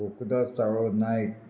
Portudas Savlo Naik